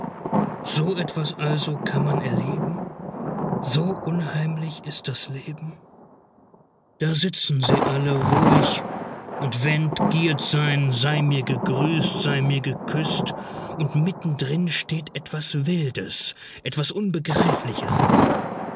so etwas also kann man erleben so unheimlich ist das leben da sitzen sie alle ruhig und went girrt sein sei mir gegrüßt sei mir geküßt und mitten drin steht etwas wildes etwas unbegreifliches